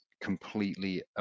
completely